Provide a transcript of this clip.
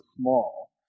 small